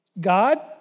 God